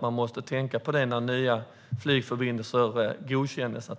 Man måste tänka på det när nya flygförbindelser godkänns.